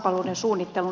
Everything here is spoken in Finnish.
hyvä näin